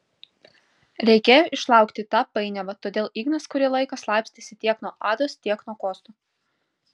reikėjo išlaukti tą painiavą todėl ignas kurį laiką slapstėsi tiek nuo ados tiek nuo kosto